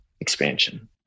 expansion